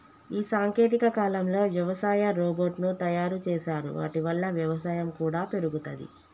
ఈ సాంకేతిక కాలంలో వ్యవసాయ రోబోట్ ను తయారు చేశారు వాటి వల్ల వ్యవసాయం కూడా పెరుగుతది